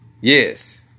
Yes